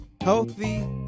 healthy